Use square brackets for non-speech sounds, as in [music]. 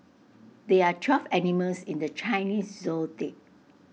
there are twelve animals in the Chinese [unintelligible]